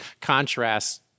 contrasts